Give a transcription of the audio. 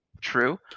true